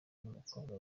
n’umukobwa